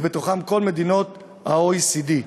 ובהן כל מדינות ה-OECD,